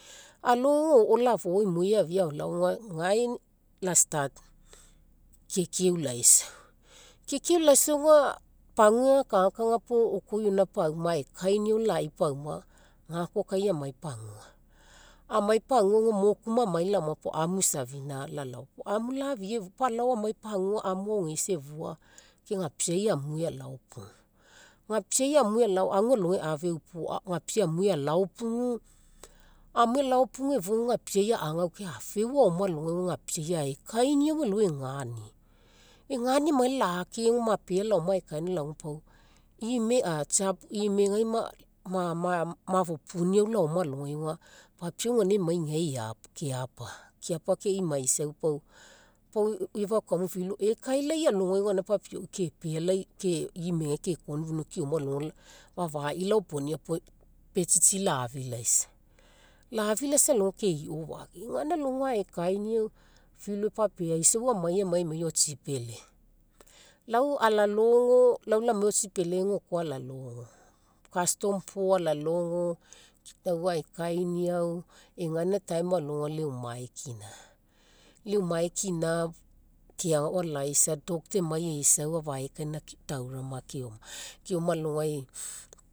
Alogai o'o lafoua imoi eafia elao gae auga la start kiekie eulaisau. Kiekie eulaisau auga, pagua ega kagakaga puo oko ioina pauma aekainiau lai pauma, ga koa kai amai pagua. Amai pagua auga moku mamai laoma puo amu isafina lalao, amu lafii efua pau alao amai pagua amu aogeisa efua ke gapiai amue pugu. Gapiai amue alao, ago alogai afeu puo gapiai amue alao pugu, amue alao pugu efua gapiai agaukae afeu aoma alogai gapiai aekainiau elao egani. Egani amagai auga lake ma pea laoma aekainiau laoge imega pau mafopuniau alogai laoma auga, papiau gaina eami gae keapa. Keapa keimaisau pau, pau oi afakuamu philo ekailai alogai auga gaina papiauii kepealai imegai ke konofufuniau keoma alogai fafai laoponia puo, betsitsi lafilaisa, lafilaisa alogai keiofake gaina alogai aekainiau philo epapeaisau amai amai otsipele. Lau ala logo lau lamai otsipele auga oko alalogo, custom puo alalogo, lau aekainiau wgaina time alogai leu mae kina. Leu mae kina, keaga ao ala'isa doctor emai eisau afaekaina taurama keoma. Keoma alogai